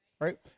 right